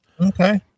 Okay